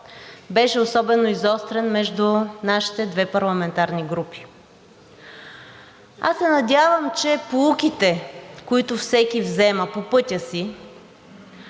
беше особено изострен между нашите две парламентарни групи. Аз се надявам, че поуките, които всеки взема по пътя си,